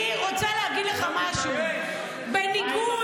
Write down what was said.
אני רוצה להגיד לך משהו: בניגוד,